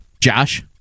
Josh